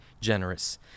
generous